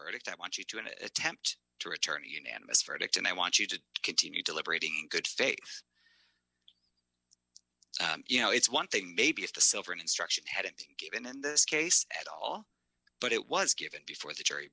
verdict i want you to an attempt to return a unanimous verdict and i want you to continue deliberating in good faith you know it's one thing maybe if the silver instruction hadn't been given in this case at all but it was given before the jury